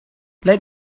let